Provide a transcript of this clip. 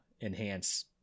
enhance